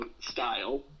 style